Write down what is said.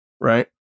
right